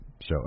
show